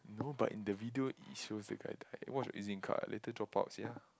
no but in the video it shows the guy died watch your Ez-link card later drop out sia